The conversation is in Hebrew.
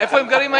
איפה הם גרים היום?